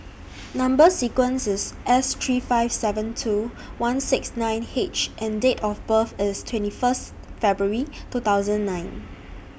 Number sequence IS S three five seven two one six nine H and Date of birth IS twenty First February two thousand nine